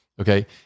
okay